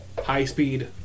high-speed